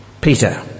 Peter